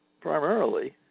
Primarily